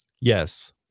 Yes